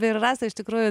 ir rasa iš tikrųjų